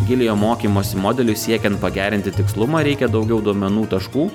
giliojo mokymosi modeliui siekiant pagerinti tikslumą reikia daugiau duomenų taškų